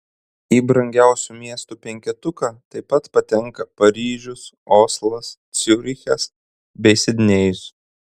į brangiausių miestų penketuką taip pat patenka paryžius oslas ciurichas bei sidnėjus